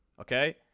okay